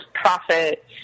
profit